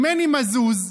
מני מזוז,